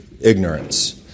ignorance